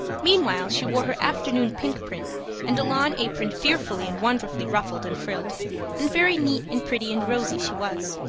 meanwhile she wore her afternoon pink print and a lawn apron fearfully and wonderfully ruffled and frilled and very neat and pretty and rosy she was.